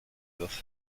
dos